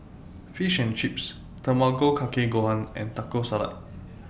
Fish and Chips Tamago Kake Gohan and Taco Salad